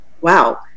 Wow